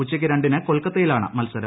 ഉച്ചയ്ക്ക് രണ്ടിന് കൊൽക്കത്തയിലാണ് മത്സരം